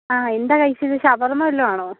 ആ എന്താ കഴിച്ചത് ഷവർമ വല്ലതും ആണോ